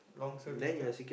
long service then